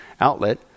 outlet